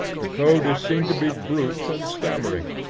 the code is seen to be brute and stammering.